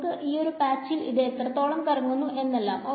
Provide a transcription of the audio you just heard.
നോക്ക് ഈ ഒരു പാച്ചിൽ ഇത് എത്രത്തോളം കറങ്ങുന്നു എന്നെല്ലാം